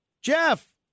Jeff